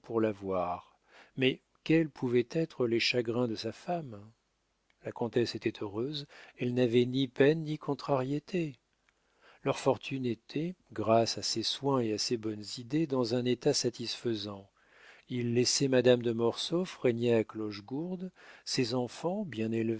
pour l'avoir mais quels pouvaient être les chagrins de sa femme la comtesse était heureuse elle n'avait ni peines ni contrariétés leur fortune était grâce à ses soins et à ses bonnes idées dans un état satisfaisant il laissait madame de mortsauf régner à clochegourde ses enfants bien